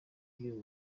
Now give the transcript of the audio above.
by’uyu